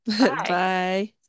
Bye